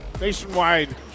Nationwide